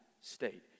state